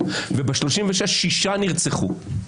ו ב-36 השעות האחרונות נרצחו שישה אנשים.